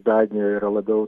danijoj yra labiau